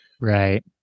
Right